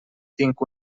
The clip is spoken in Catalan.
tinc